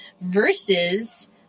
versus